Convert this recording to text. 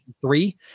three